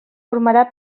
formarà